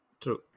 true